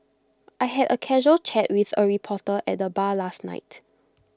I had A casual chat with A reporter at the bar last night